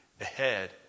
ahead